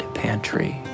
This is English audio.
pantry